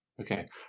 Okay